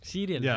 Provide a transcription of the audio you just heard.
Serial